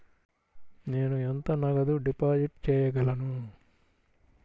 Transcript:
నేను ఎంత నగదు డిపాజిట్ చేయగలను?